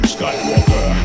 Skywalker